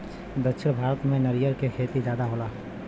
दक्षिण भारत में नरियर क खेती जादा होला